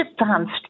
advanced